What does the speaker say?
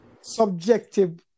subjective